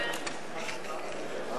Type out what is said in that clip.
זהות מגדר),